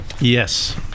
Yes